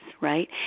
right